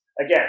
again